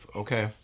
okay